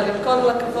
אבל עם כל הכבוד,